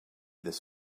this